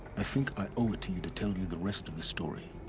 i think i owe it to you to tell you the rest of the story.